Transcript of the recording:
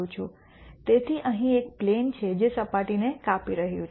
તેથી અહીં એક પ્લેન છે જે સપાટીને કાપી રહ્યું છે